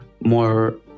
more